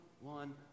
one